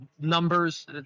numbers